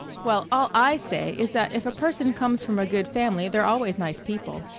well, all i say is that if a person comes from a good family they're always nice people.